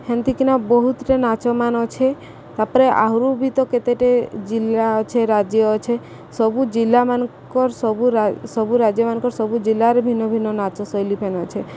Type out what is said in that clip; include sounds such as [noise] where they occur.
ହେନ୍ତିକିନା ବହୁତଟେ ନାଚମାନ ଅଛେ ତା'ପରେ ଆହୁରୁ ବି ତ କେତେଟେ ଜିଲ୍ଲା ଅଛେ ରାଜ୍ୟ ଅଛେ ସବୁ ଜିଲ୍ଲାମାନଙ୍କର ସବୁ [unintelligible] ସବୁ ରାଜ୍ୟମାନଙ୍କର ସବୁ ଜିଲ୍ଲାରେ ଭିନ୍ନ ଭିନ୍ନ ନାଚ ଶୈଳୀ ଫେନ୍ ଅଛେ